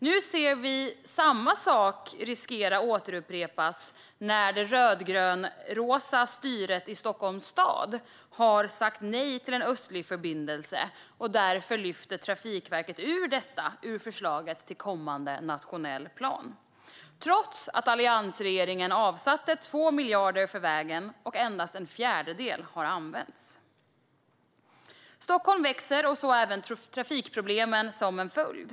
Nu ser vi att samma sak riskerar att upprepas när det rödgrönrosa styret i Stockholms stad har sagt nej till en östlig förbindelse och att Trafikverket därför lyfter ur den ur förslaget till kommande nationell plan, trots att alliansregeringen avsatte 2 miljarder för vägen och endast en fjärdedel har använts. Stockholm växer och så även trafikproblemen som en följd.